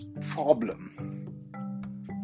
problem